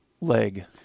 leg